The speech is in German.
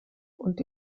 und